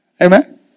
Amen